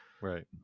right